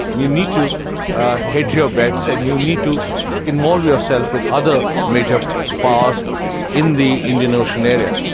you need to hedge your bets and you need to involve yourself with other major powers in the indian ocean area.